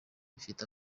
bifite